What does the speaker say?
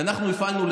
אנחנו הפעלנו,